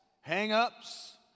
hang-ups